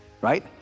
right